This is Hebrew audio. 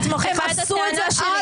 את מוכיחה את הטענה שלי.